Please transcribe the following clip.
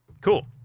cool